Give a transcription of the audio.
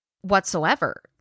whatsoever